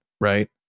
right